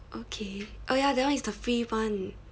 okay oh ya that one is the free [one]